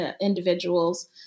individuals